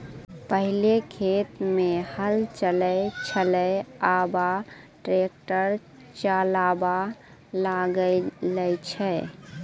पहिलै खेत मे हल चलै छलै आबा ट्रैक्टर चालाबा लागलै छै